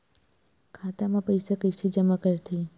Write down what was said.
खाता म पईसा कइसे जमा करथे?